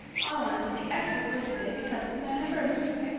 i wanted to be extra good today because it's an anniversary.